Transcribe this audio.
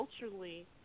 culturally